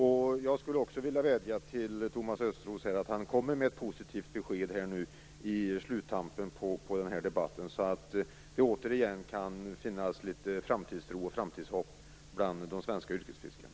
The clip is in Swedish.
Jag vill också vädja till Thomas Östros att han kommer med ett positivt besked i sluttampen på debatten, så att det återigen kan finnas framtidstro hos de svenska yrkesfiskarna.